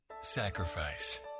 Sacrifice